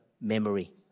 memory